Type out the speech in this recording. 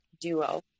duo